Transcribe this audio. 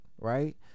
Right